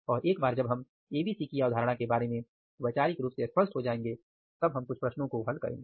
और एक बार जब हम ABC की अवधारणा के बारे में वैचारिक रूप से स्पष्ट हो जाएंगे तब हम कुछ प्रश्नों को हल करेंगे